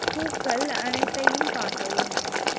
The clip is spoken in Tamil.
பூக்கள் அனைத்தையும் காட்டவும்